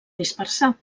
dispersar